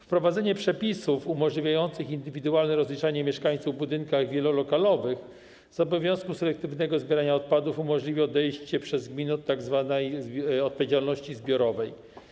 Wprowadzenie przepisów umożliwiających indywidualne rozliczanie mieszkańców w budynkach wielolokalowych z obowiązku selektywnego zbierania odpadów umożliwi odejście przez gminę od tzw. odpowiedzialności zbiorowej.